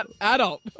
Adult